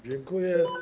Dziękuję.